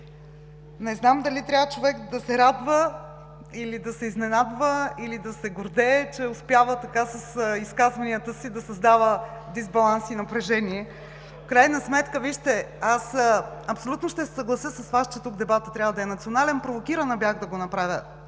Не знам дали трябва човек да се радва, да се изненадва, или да се гордее, че успява с изказванията си да създава дисбаланс и напрежение. В крайна сметка аз абсолютно ще се съглася с Вас, че тук дебатът трябва да е национален. Провокирана бях да го направя